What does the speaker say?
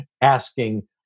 asking